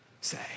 say